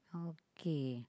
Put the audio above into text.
okay